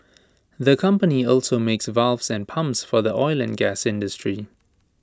the company also makes valves and pumps for the oil and gas industry